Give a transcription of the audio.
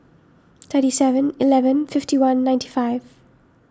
thirty Seven Eleven fifty one ninety five